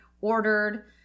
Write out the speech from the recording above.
ordered